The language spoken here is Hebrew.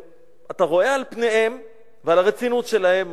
אתה רואה על פניהם את הרצינות שלהם.